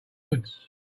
woods